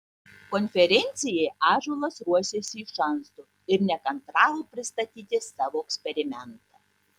konferencijai ąžuolas ruošėsi iš anksto ir nekantravo pristatyti savo eksperimentą